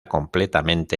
completamente